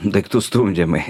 daiktų stumdymai